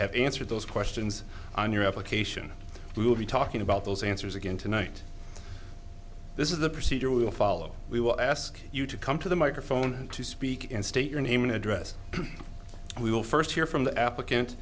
have answered those questions on your application we will be talking about those answers again tonight this is the procedure we will follow we will ask you to come to the microphone to speak and state your name and address we will first hear from the applicant